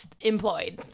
employed